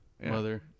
mother